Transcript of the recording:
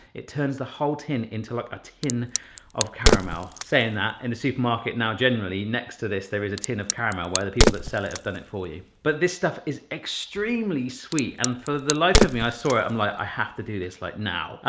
it turns the whole tin into like a tin of caramel. sayin' that, in the supermarket now generally next to this, there is a tin of caramel. while the people that sell it have done it for you. but this stuff is extremely sweet. and for the life of me, i saw it. i'm like, i have to do this like now.